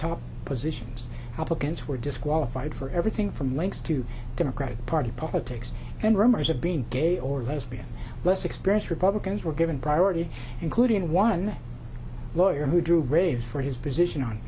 top positions applicants were disqualified for everything from links to democratic party politics and rumors of being gay or lesbian less express republicans were given priority including one lawyer who drew ready for his position on